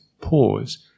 pause